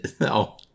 no